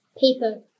Paper